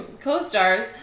Co-stars